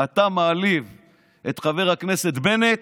אתה מעליב את חבר הכנסת בנט,